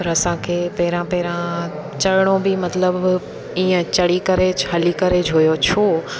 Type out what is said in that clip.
पर असांखे पहिरां पहिरां चढ़िणो बि मतिलबु ईअं चढ़ी करे हली करे जो हुओ छो